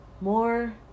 more